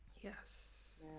Yes